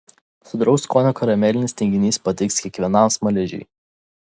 sodraus skonio karamelinis tinginys patiks kiekvienam smaližiui